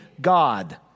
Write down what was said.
God